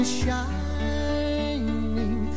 shining